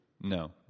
No